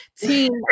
team